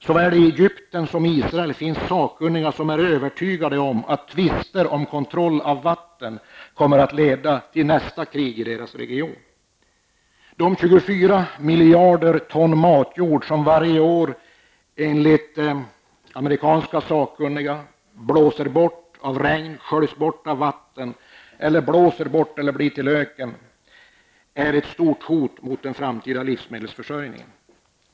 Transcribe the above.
Såväl i Egypten som i Israel finns det sakkunniga som är övertygade om att tvister om vem som skall kontrollera vattnen kommer att leda till nästa krig i denna region. De 24 miljarder ton matjord som varje år, enligt amerikanska sakkunniga, blåser bort, sköljs bort av regnvatten eller blir till öken är ett stort hot mot den framtida livsmedelsförsörjningen.